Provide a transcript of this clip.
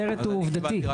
הסרט הוא עובדתי.